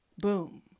Boom